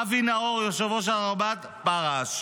אבי נאור, יושב-ראש הרלב"ד, פרש.